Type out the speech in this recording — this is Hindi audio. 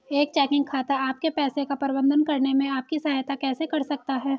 एक चेकिंग खाता आपके पैसे का प्रबंधन करने में आपकी सहायता कैसे कर सकता है?